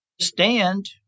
stand